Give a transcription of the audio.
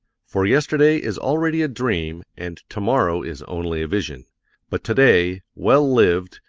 for yesterday is already a dream and tomorrow is only a vision but today, well lived,